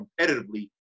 competitively